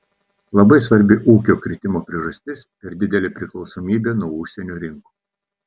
labai svarbi ūkio kritimo priežastis per didelė priklausomybė nuo užsienio rinkų